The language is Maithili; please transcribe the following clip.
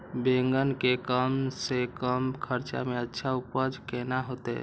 बेंगन के कम से कम खर्चा में अच्छा उपज केना होते?